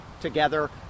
together